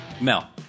Mel